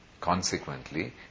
Consequently